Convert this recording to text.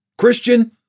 Christian